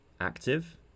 active